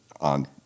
on